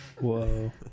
whoa